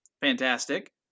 fantastic